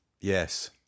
Yes